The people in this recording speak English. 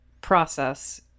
process